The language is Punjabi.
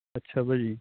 ਅੱਛਾ ਭਾਅ ਜੀ